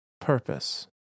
purpose